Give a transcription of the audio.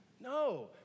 No